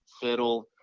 fiddle